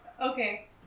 Okay